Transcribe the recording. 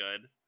good